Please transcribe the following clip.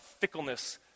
fickleness